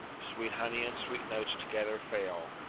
sweet honey and sweet notes together fail.